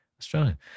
Australian